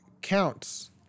counts